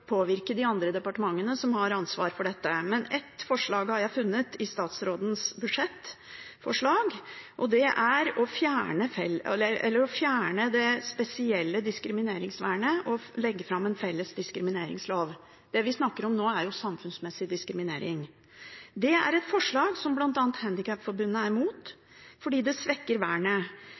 de andre departementene som har ansvaret for dette. Men ett forslag har jeg funnet i statsrådens budsjettforslag, og det er å fjerne det spesielle diskrimineringsvernet og legge fram en felles diskrimineringslov. Det vi snakker om nå, er jo samfunnsmessig diskriminering. Det er et forslag som bl.a. Handikapforbundet er imot, fordi det svekker vernet